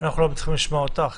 אנחנו לא מצליחים לשמוע אותך.